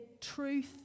truth